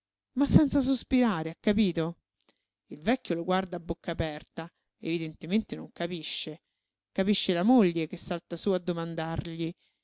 ma senza sospirare ha capito il vecchio lo guarda a bocca aperta evidentemente non capisce capisce la moglie che salta su